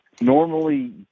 normally